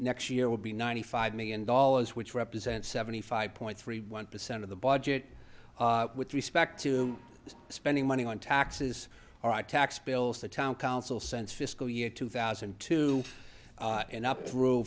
next year will be ninety five million dollars which represents seventy five point three one percent of the budget with respect to spending money on taxes or a tax bills the town council sense fiscal year two thousand and two and up through